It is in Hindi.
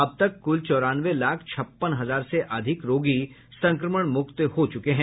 अब तक कुल चौरानवे लाख छप्पन हजार से अधिक रोगी संक्रमण मुक्त हो चुके हैं